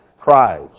cries